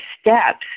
steps